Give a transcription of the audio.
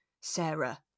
Sarah